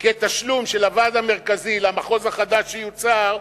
כתשלום של הוועד המרכזי למחוז החדש שיוצר,